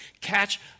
Catch